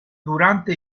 durante